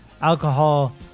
alcohol